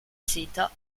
seta